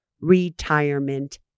retirement